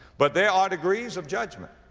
but there are degrees of judgment.